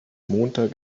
montag